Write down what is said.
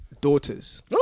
daughters